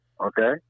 Okay